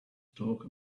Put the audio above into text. talk